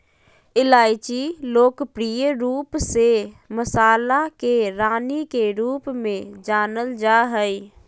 इलायची लोकप्रिय रूप से मसाला के रानी के रूप में जानल जा हइ